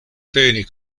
teni